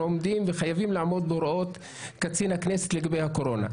חייבים לעמוד בהוראות קצין הכנסת לגבי הקורונה.